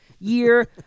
year